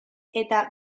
eta